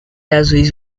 azuis